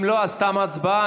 אם לא, תמה ההצבעה.